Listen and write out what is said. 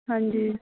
ਹਾਂਜੀ